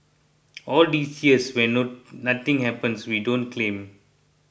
all these years when no nothing happens we don't claim